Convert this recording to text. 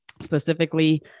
specifically